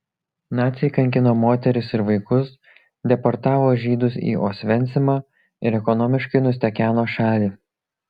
naciai kankino moteris ir vaikus deportavo žydus į osvencimą ir ekonomiškai nustekeno šalį